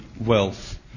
wealth